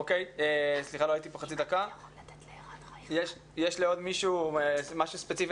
אוקיי, יש לעוד מישהו משהו ספציפי